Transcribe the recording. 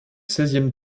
seizième